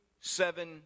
seven